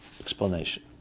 explanation